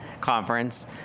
conference